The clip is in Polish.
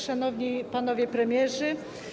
Szanowni Panowie Premierzy!